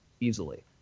easily